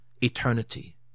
eternity